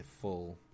full